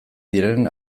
diren